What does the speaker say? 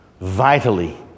vitally